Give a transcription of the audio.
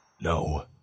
No